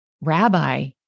Rabbi